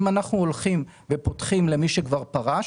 אם אנחנו הולכים ופותחים למי שכבר פרש,